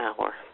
hour